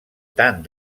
tant